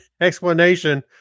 explanation